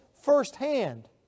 firsthand